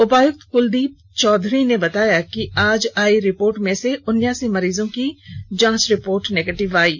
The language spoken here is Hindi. उपायुक्त कुलदीप चौधरी ने बताया कि आज आई रिपोर्ट में से उनासी मरीजों की जांच रिपोर्ट निगेटिव आई है